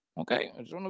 Okay